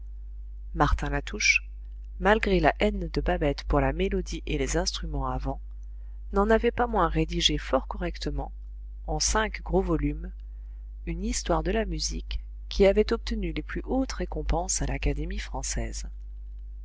martin latouche malgré la haine de babette pour la mélodie et les instruments à vent n'en avait pas moins rédigé fort correctement en cinq gros volumes une histoire de la musique qui avait obtenu les plus hautes récompenses à l'académie française